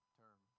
term